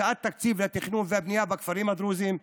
הקצאת תקציב לתכנון ולבנייה בכפרים הדרוזיים,